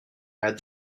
had